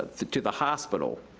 ah, to the hospital,